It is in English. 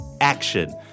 action